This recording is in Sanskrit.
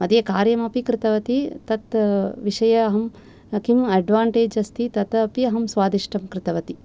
मध्ये कार्यमपि कृतवती तत् विषये अहं किम् अड्वाण्टेज् अस्ति तत् अपि स्वादिष्टं कृतवति